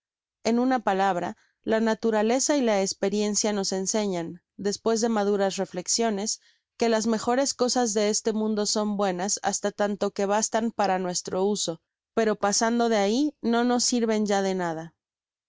en una palabra la naturaleza y la esperiencia nos enseñan despues de maduras reflexiones que las mejores cosas de este mundo son buenas hasta tanto que bastan para nuestro uso pero pasando de ahi no nos sirven ya de nada